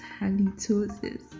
Halitosis